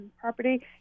property